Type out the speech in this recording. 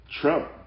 Trump